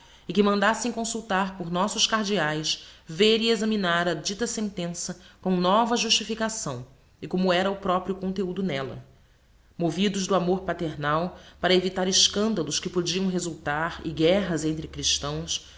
e que mandassemos consultar por nossos cardeaes vêr e examinar a dita sentença com nova justificaçaõ e como era o proprio contheudo n'ella movidos do amor paternal para evitar escandalos que podiam resultar e guerras entre christaõs